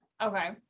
Okay